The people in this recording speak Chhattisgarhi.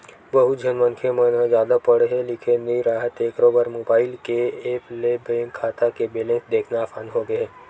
बहुत झन मनखे मन ह जादा पड़हे लिखे नइ राहय तेखरो बर मोबईल के ऐप ले बेंक खाता के बेलेंस देखना असान होगे हे